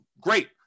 Great